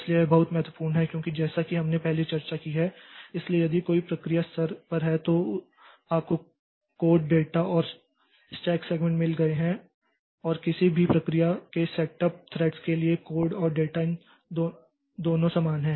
इसलिए यह बहुत महत्वपूर्ण है क्योंकि जैसा कि हमने पहले चर्चा की है इसलिए यदि कोई प्रक्रिया स्तर पर है तो आपको कोड डेटा और स्टैक सेगमेंट मिल गए हैं और किसी भी प्रक्रिया के सेटअप थ्रेड्स के लिए कोड और डेटा इन दोनों समान हैं